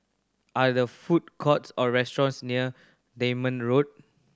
are there food courts or restaurants near Denham Road